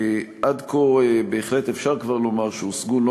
עד כה אפשר בהחלט כבר לומר שהושגו לא